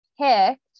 picked